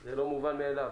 זה לא מובן מאליו,